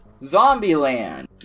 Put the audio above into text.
Zombieland